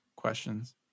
Questions